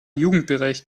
jugendbereich